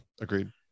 Agreed